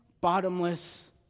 bottomless